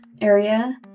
area